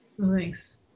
Thanks